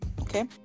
Okay